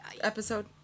episode